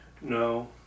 No